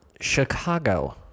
Chicago